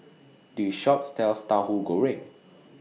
This Shop sells Tauhu Goreng